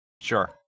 sure